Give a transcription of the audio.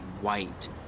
white